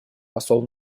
посол